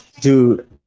Dude